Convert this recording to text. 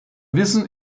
wissen